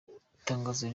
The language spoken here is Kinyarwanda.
itangazo